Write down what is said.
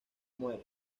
muere